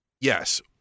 yes